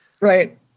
right